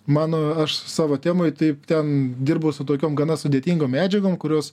mano aš savo temoj taip ten dirbau su tokiom gana sudėtingom medžiagom kurios